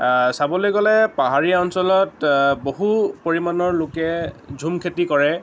চাবলৈ গ'লে পাহাৰীয়া অঞ্চলত বহু পৰিমাণৰ লোকে ঝুম খেতি কৰে